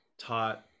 taught